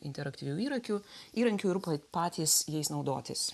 interaktyvių įrankių įrankių ir patys jais naudotis